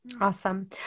Awesome